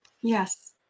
Yes